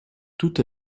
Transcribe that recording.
toute